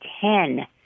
ten